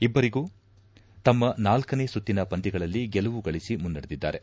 ಇವರಿಬ್ಲರೂ ತಮ್ಮ ನಾಲ್ಲನೇ ಸುತ್ತಿನ ಪಂದ್ಯಗಳಲ್ಲಿ ಗೆಲುವು ಗಳಿಸಿ ಮುನ್ನಡೆದಿದ್ದಾರೆ